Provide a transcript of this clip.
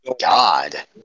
god